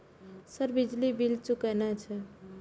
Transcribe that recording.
Sir बिजली bill चूकेना छे?